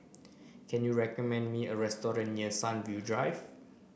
can you recommend me a restaurant near Sunview Drive